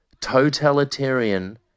totalitarian